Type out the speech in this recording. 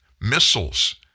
missiles